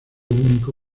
único